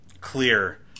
Clear